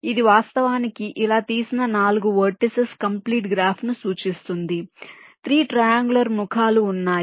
ఇది వాస్తవానికి ఇలా తీసిన 4 వెర్టిసిస్ కంప్లీట్ గ్రాఫ్ను సూచిస్తుంది 3 ట్రయాంగులర్ ముఖాలు ఉన్నాయి